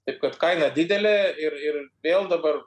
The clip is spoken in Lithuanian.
taip kad kaina didelė ir ir vėl dabar